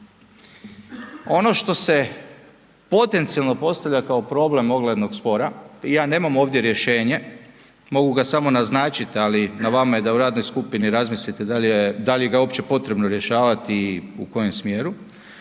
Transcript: ono što se potencijalno postavlja kao problem oglednog spora, ja nemam ovdje rješenje, mogu ga samo naznačit ali na vama je da u radnoj skupni razmislite da li ga je uopće potrebno rješavati i u kojem smjeru,